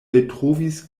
eltrovis